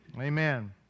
Amen